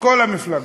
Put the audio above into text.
בכל המפלגות,